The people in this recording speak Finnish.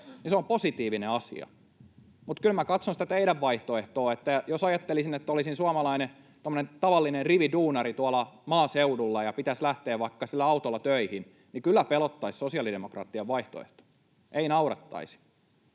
Se on positiivinen asia. Kun minä katson sitä teidän vaihtoehtoanne ja jos ajattelisin, että olisin suomalainen, tuommoinen tavallinen rividuunari tuolla maaseudulla ja pitäisi lähteä vaikka sillä autolla töihin, niin kyllä pelottaisi sosiaalidemokraattien vaihtoehto. Ei naurattaisi.